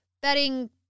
betting